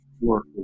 work